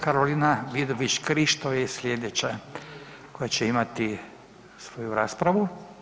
Karolina Vidović Krišto je slijedeća koja će imati svoju raspravu.